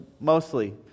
mostly